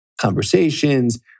conversations